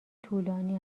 طولانی